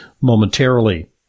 momentarily